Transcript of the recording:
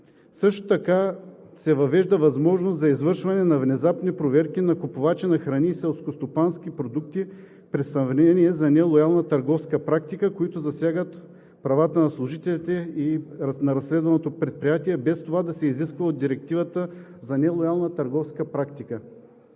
Също така се въвежда възможност за извършване на внезапни проверки на купувачи на храни и селскостопански продукти при съмнение за нелоялна търговска практика, които засягат правата на служителите и на разследваното предприятие, без това да се изисква от Директивата за нелоялна търговска практика.